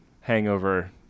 hangover